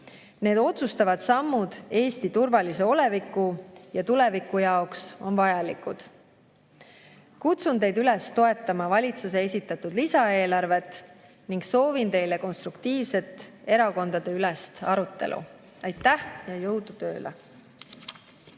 Need otsustavad sammud Eesti turvalise oleviku ja tuleviku jaoks on vajalikud. Kutsun teid üles toetama valitsuse esitatud lisaeelarvet ning soovin teile konstruktiivset erakondadeülest arutelu. Aitäh ja jõudu tööle!